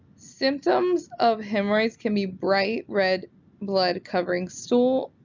symptoms of hemorrhoids can be bright red blood covering stool,